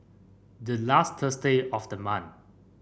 the last Thursday of the month